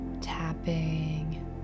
tapping